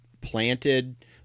planted